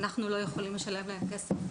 אנחנו לא יכולים לשלם להם כסף,